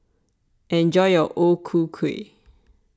enjoy your O Ku Kueh